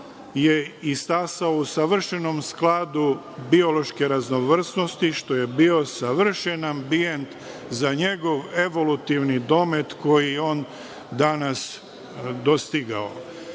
i stasao u savršenom skladu biološke raznovrsnosti, što je bio savršen ambijent za njegov evolutivni domet koji je on danas dostigao.